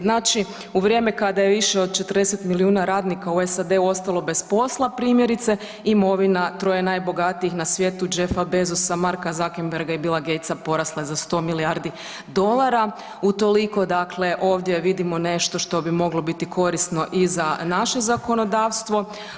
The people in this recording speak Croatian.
Znači u vrijeme kada je išao 40 milijuna radnika u SAD-u ostalo bez posla primjerice, imovina troje najbogatijih na svijetu Jeffa Bezosa, Marka Zuckerberga i Bill Gates porasla je za 100 milijardi dolara, utoliko dakle ovdje vidimo nešto što bi moglo biti korisno i za naše zakonodavstvo.